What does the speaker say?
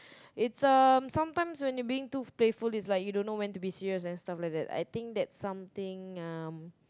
it's um sometimes when you're being too playful it's like you don't know when to be serious and stuff like that I think that's something um